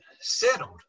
settled